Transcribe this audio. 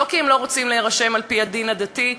לא כי הם לא רוצים להירשם על-פי הדין הדתי,